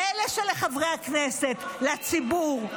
מילא לחברי הכנסת, לציבור.